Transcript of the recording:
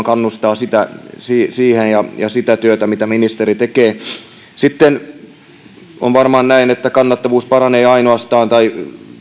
kannustaa siihen siihen ja kannustaa sitä työtä mitä ministeri tekee sitten on varmaan näin että kannattavuus paranee ainoastaan tai